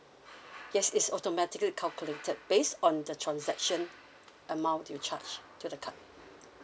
yes it's automatically calculated based on the transaction amount you charged to the card